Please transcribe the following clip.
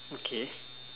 okay